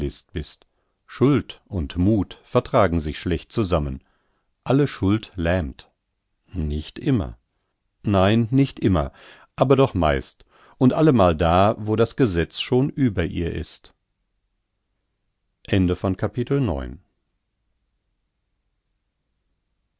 bist schuld und muth vertragen sich schlecht zusammen alle schuld lähmt nicht immer nein nicht immer aber doch meist und allemal da wo das gesetz schon über ihr ist